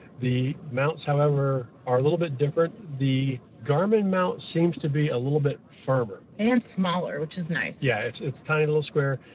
the mounts, however, are a little bit different. the garmin mount seems to be a little bit firmer. and smaller, which is nice. yeah, it's a tiny little square.